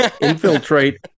infiltrate